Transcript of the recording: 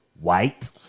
white